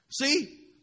See